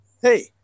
hey